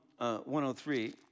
103